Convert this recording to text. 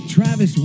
Travis